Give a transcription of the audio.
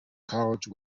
college